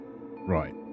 Right